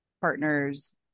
partners